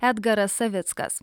edgaras savickas